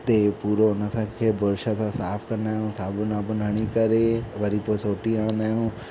उते पूरो हुन खे बुरुश सां साफ़ कंदा आहियूं साबुण वाबुन हणी करे वरी पोइ सोटी हणंदा आहियूं